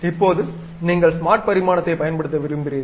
இப்போது நீங்கள் ஸ்மார்ட் பரிமாணத்தைப் பயன்படுத்த விரும்புகிறீர்கள்